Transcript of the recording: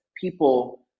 people